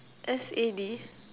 S A D